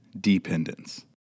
dependence